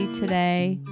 today